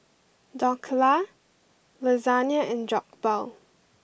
Dhokla Lasagne and Jokbal